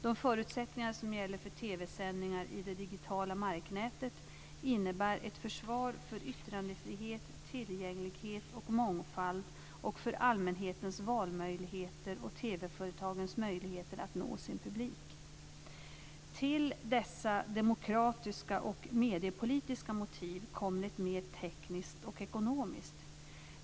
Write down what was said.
De förutsättningar som gäller för TV-sändningar i det digitala marknätet innebär ett försvar för yttrandefrihet, tillgänglighet och mångfald och för allmänhetens valmöjligheter och TV-företagens möjligheter att nå sin publik. Till dessa demokratiska och mediepolitiska motiv kommer ett mer tekniskt och ekonomiskt.